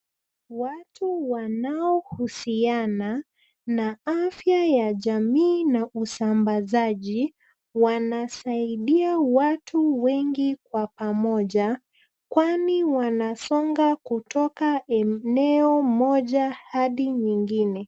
Watu wanaohusiana na afya ya jamii na usambazaji ,wanasaidia watu wengi kwa pamoja kwani wanasonga kutoka eneo moja hadi nyingine.